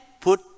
put